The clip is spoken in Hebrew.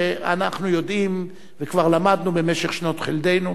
ואנחנו יודעים וכבר למדנו במשך שנות חלדנו.